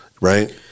right